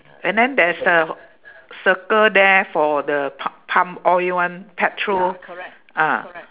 and then there's a circle there for the pu~ pump oil one petrol ah